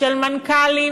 של מנכ"לים,